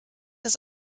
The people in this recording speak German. das